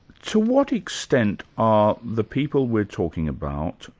to what extent are the people we're talking about,